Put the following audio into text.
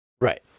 Right